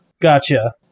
Gotcha